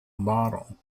bottle